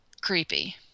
creepy